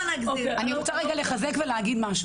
אני רוצה לחזק ולהגיד משהו.